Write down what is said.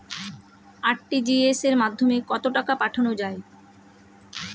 RTGS এর মাধ্যমে কত টাকা পাঠানো যায়?